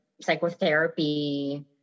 psychotherapy